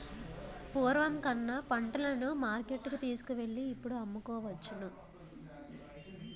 పూర్వం కన్నా పంటలను మార్కెట్టుకు తీసుకువెళ్ళి ఇప్పుడు అమ్ముకోవచ్చును